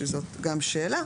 שזאת גם שאלה.